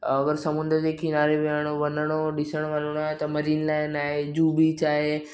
अगरि समुंदर जे किनारे विहणो वञिणो ॾिसणु वञिणो आहे त मरीन लाइन आहे जुहु बीच आहे